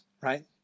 Right